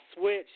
switch